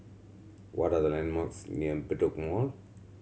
what are the landmarks near Bedok Mall